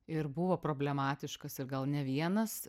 ir buvo problematiškas ir gal ne vienas